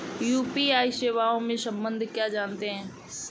UPI सेवाओं के संबंध में क्या जानते हैं?